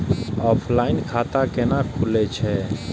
Offline खाता कैना खुलै छै?